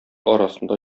арасында